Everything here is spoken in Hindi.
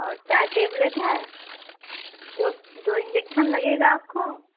और चार टेबलेट है दो दो इंजेक्शन लगेगा आपको